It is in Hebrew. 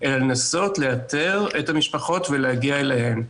אלא לנסות לאתר את המשפחות ולהגיע אליהן.